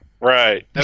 right